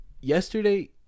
yesterday